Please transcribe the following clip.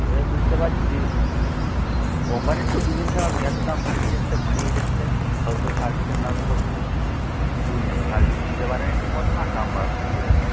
সে বুঝতে পারছি কোম্পানির তো দুদিন ছাড়া গ্যাসের দাম বাড়িয়েই যাচ্ছে বাড়িয়েই যাচ্ছে অথচ সার্ভিসের নামে সব কিছুই নেই সার্ভিস দিতে পারে না ঠিকমতো আর দাম বাড়াচ্ছে শুধু গ্যাসের